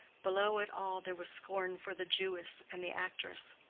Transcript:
below it all there was scorn for the jewess and the actress.